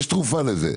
יש תרופה לזה.